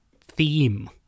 theme